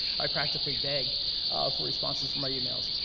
i practically beg for responses from my emails.